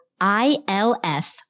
ILF